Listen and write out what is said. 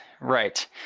right